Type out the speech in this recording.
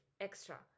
extra